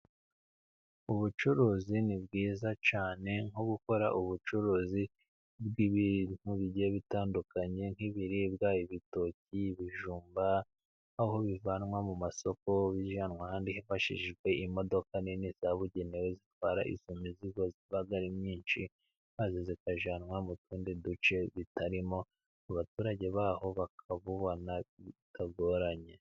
Ubucuruzi ni bwiza cyane nko gukora ubucuruzi bw'ibintu bigiye bitandukanye nk'ibiribwa ibitoki, ibijumba, aho bivanwa mu masoko bijyanwa ahandi hifashishijwe imodoka nini zabugenewe zitwara iyo mizigo iba ari myinshi, maze zikajyanwa mu tundi duce bitarimo abaturage baho bakabibona bitagoranye.